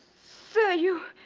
sir, you.